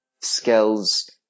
skills